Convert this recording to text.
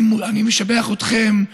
אני משבח אתכם,